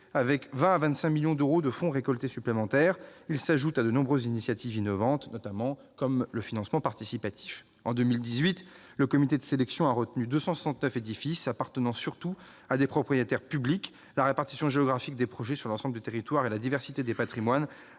avec 20 à 25 millions d'euros de fonds récoltés supplémentaires. Il s'ajoute à de nombreuses initiatives innovantes, comme le financement participatif. En 2018, le comité de sélection a retenu 269 édifices appartenant surtout à des propriétaires publics. La répartition géographique des projets sur l'ensemble du territoire a été prise